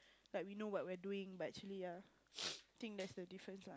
like we know what we're doing but actually yeah think that's the difference lah